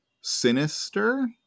sinister